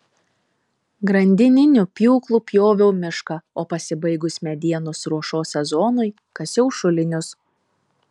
grandininiu pjūklu pjoviau mišką o pasibaigus medienos ruošos sezonui kasiau šulinius